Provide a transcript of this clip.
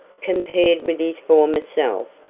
compared with his former self,